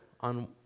on